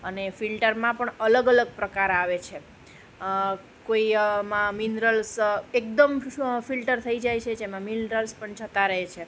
અને ફિલ્ટરમાં પણ અલગ અલગ પ્રકાર આવે છે કોઈ માં મિનરલ્સ એક દમ જ ફિલ્ટર થઈ જાય છે જેમાં મિનરલ્સ પણ જતા રહે છે